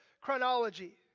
chronology